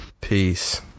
Peace